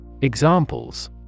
Examples